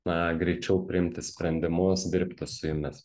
na greičiau priimti sprendimus dirbti su jumis